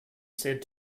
said